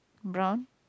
brown